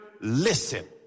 listen